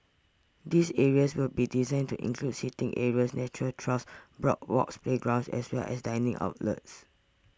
these areas will be designed to include seating areas nature trails boardwalks playgrounds as well as dining outlets